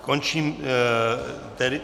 Končím tedy .